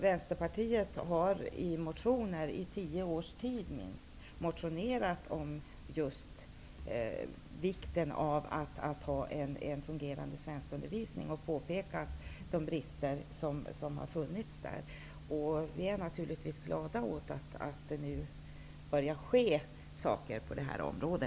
Vänsterpartiet har i minst tio års tid motionerat om just vikten av en fungerande svenskundervisning. Vi har påpekat de brister som har funnits. Vi är naturligtvis glada över att det nu börjar ske saker på detta område.